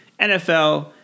NFL